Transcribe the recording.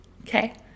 Okay